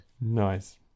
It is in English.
Nice